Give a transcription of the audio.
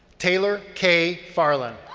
taylor k. farland.